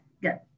Good